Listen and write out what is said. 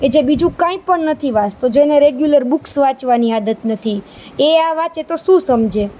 એ જે બીજું કાંઈ પણ નથી વાંચતાં તો જેને રેગ્યુલર બુક્સ વાંચવાની આદત નથી એ આ વાંચે તો શું સમજે